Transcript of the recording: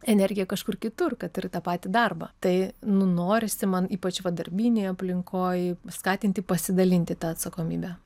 energiją kažkur kitur kad ir tą patį darbą tai nu norisi man ypač va darbinėj aplinkoj skatinti pasidalinti ta atsakomybe